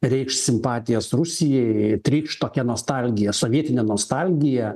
reikš simpatijas rusijai trykš tokia nostalgija sovietine nostalgija